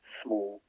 small